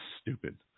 stupid